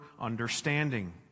understanding